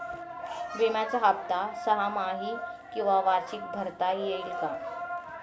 विम्याचा हफ्ता सहामाही किंवा वार्षिक भरता येईल का?